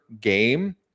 game